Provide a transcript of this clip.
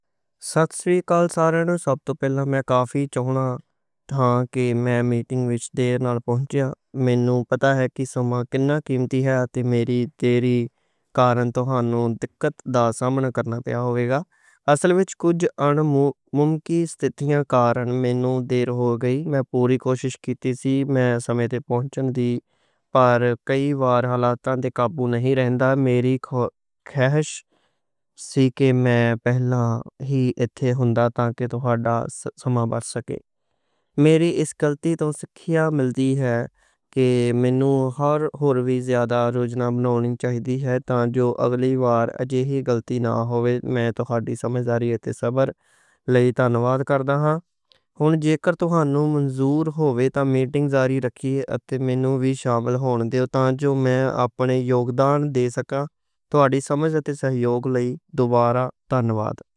ست سری اکال سارے لوکو، سب توں پہلاں میں کافی لیٹ آ گیا میٹنگ وچ۔ مینوں پتہ ہے کہ سماں کِنّا قیمتی ہے۔ تے میری دیری کارن توہانوں سامنا کرنا پیا ہووے گا۔ اصل وچ کجھ ناممکن حالات کارن مینوں دیر ہو گئی۔ میں پوری کوشش کیتی سی کہ میں پہلاں پہنچ جاواں، پر کئی وار حالات تے قابو نہیں رہندا۔ میری خواہش سی کہ میں پہلاں ہی اتھے ہوندا۔ تاں جو توہاڈا سماں بچا سکاں، میری اس غلطی توں سکھیا۔ میری اس غلطی توں ایہ سکھیا کہ مینوں ہور زیادہ وقت دی پابندی بنانی چاہیدی ہے۔ تاں جو اگلی وار ایہو جہی غلطی نہ ہووے۔ میں توہاڈے سماں تے صبر لئی تنواد کردا ہاں۔ جے توہانوں منظور ہووے تاں میٹنگ جاری رکھئیے اتے مینوں وی شامل ہون دیو، تاں جو میں اپنا یوگدان دے سکاں۔ توہاڈی سمجھ تے سہیوگ لئی دوبارہ تنواد۔